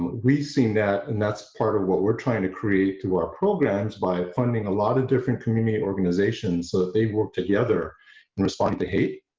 we've seen that and that's part of what we're trying to create through our programs by funding a lot of different community organizations so that they work together and respond to hate.